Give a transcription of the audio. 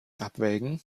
abwägen